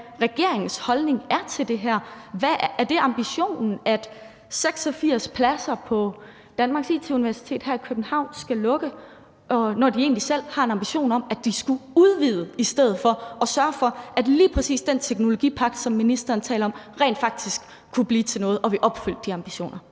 hvad regeringens holdning er til det her. Er det ambitionen, at 86 pladser på IT-Universitetet her i København skal lukke, når de egentlig selv har en ambition om at udvide i stedet for og sørge for, at lige præcis den teknologipagt, som ministeren taler om, rent faktisk kan blive til noget, og at vi opfylder de ambitioner?